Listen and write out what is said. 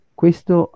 questo